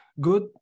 good